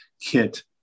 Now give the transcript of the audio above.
kit